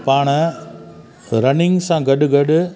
पाण रनिंग सां गॾु गॾु